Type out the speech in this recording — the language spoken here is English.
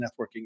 networking